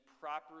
properly